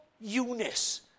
Eunice